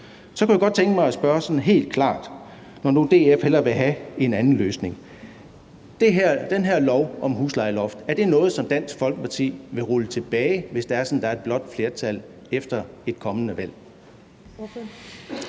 Så kunne jeg godt tænke mig at spørge sådan helt klart, når DF hellere vil have en anden løsning: Er den her lov om et huslejeloft noget, som Dansk Folkeparti vil rulle tilbage, hvis det er sådan, at der er et blåt flertal efter et kommende valg?